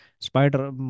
Spider